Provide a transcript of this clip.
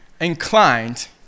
Inclined